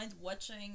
watching